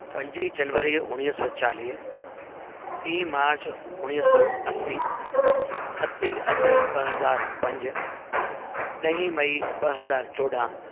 पंज जनवरी उणिवीह सौ चालीह टे मार्च उणिवीह सौ असी सत अप्रेल ॿ हज़ार पंज ॾह मई ॿ हज़ार चोॾहं